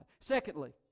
Secondly